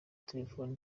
telefoni